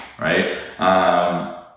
right